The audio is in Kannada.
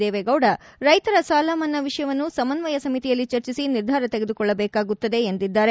ದೇವೇಗೌಡ ರೈತರ ಸಾಲ ಮನ್ನಾ ವಿಷಯವನ್ನು ಸಮನ್ವಯ ಸಮಿತಿಯಲ್ಲಿ ಚರ್ಚಿಸಿ ನಿರ್ಧಾರ ಕೈಗೊಳ್ಳಬೇಕಾಗುತ್ತದೆ ಎಂದಿದ್ದಾರೆ